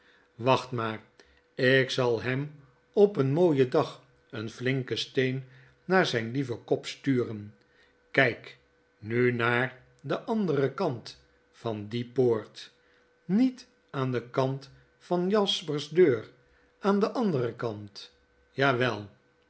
wacht maar ik zal hem op een mooien dag een shaken steen naar zijn lieven kop sturen kp nu naar den anderen kant van die poort niet aan den kant van jasper's deur aan den anderen kant jawel